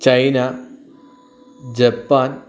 China Japan